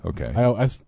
Okay